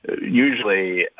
usually